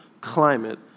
Climate